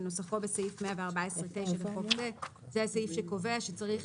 כנוסחו בסעיף 114(9) לחוק זה." זה הסעיף שקובע שצריך,